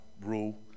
rule